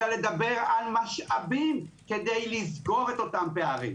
אלא לדבר על משאבים כדי לסגור את אותם פערים.